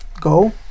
go